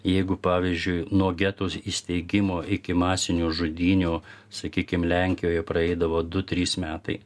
jeigu pavyzdžiui nuo getų įsteigimo iki masinių žudynių sakykim lenkijoje praeidavo du trys metai